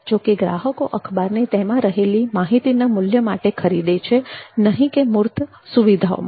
જો કે ગ્રાહકો અખબારને તેમાં રહેલી માહિતીના મૂલ્ય માટે ખરીદે છે નહીં કે મૂર્ત સુવિધાઓ માટે